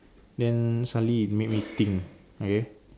then suddenly it made me think okay